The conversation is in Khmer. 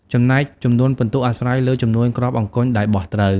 ចំណែកចំនួនពិន្ទុអាស្រ័យលើចំនួនគ្រាប់អង្គញ់ដែលបោះត្រូវ ។